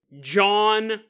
John